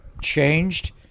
changed